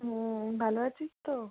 ও ভালো আছিস তো